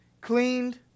cleaned